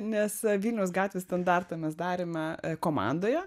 nes vilniaus gatvės standartą mes darėme komandoje